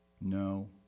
No